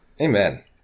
Amen